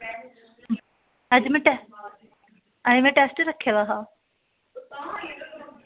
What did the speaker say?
अज्ज में अज्ज में टेस्ट रक्खे दा हा